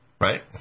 Right